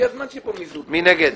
מי נגד?